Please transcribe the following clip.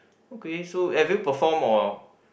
okay so have you perform or